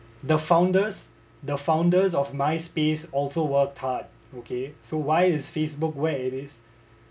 the founders the founders of Myspace also work hard okay so why is Facebook where it is